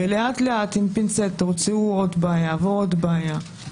ולאט, לאט, עם פינצטה, הוציאו עוד בעיה ועוד בעיה.